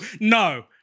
no